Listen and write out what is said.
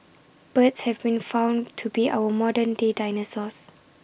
birds have been found to be our modern day dinosaurs